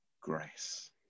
grace